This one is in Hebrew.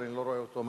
אבל אני לא רואה אותו.